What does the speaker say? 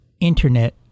Internet